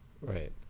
right